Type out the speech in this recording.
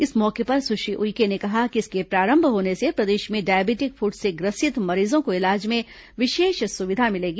इस मौके पर सुश्री उइके ने कहा कि इसके प्रारंभ होने से प्रदेश में डायबिटिक फुट से ग्रसित मरीजों को इलाज में विशेष सुविधा मिलेगी